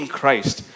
Christ